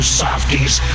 softies